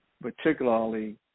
Particularly